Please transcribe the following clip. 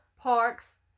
Parks